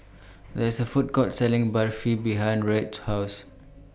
There IS A Food Court Selling Barfi behind Wright's House